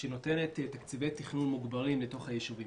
שנותנים תקציבי תכנון מוגברים לתוך היישובים.